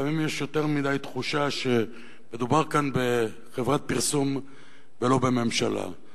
לפעמים יש יותר מדי תחושה שמדובר כאן בחברת פרסום ולא בממשלה.